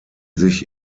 sich